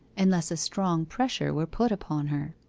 unless a strong pressure were put upon her.